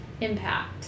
impact